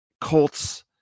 Colts